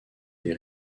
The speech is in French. des